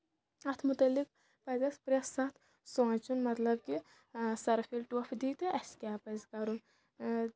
اَتھ مُتعلِق پَزِ اَسہِ پرٮ۪تھ ساتہٕ سونچُن مطلب کہِ سۄرُپھ ییٚلہِ ٹۄپھ دِیہِ تہٕ اَسہِ کیاہ پَزِ کَرُن